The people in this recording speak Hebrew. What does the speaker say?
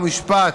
חוק ומשפט,